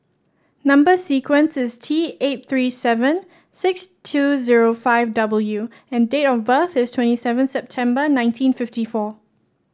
number sequence is T eight three seven six two zero five W and date of birth is twenty seven September nineteen fifty four